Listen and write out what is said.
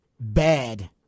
Bad